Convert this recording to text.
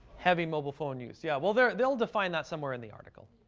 heavy mobile phone use, yeah. well, they'll they'll define that somewhere in the article.